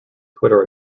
twitter